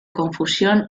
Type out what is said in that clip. confusión